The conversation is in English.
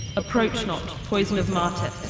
approach not, poison of matet!